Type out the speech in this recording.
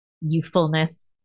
youthfulness